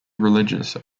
religious